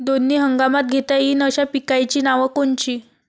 दोनी हंगामात घेता येईन अशा पिकाइची नावं कोनची?